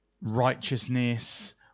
righteousness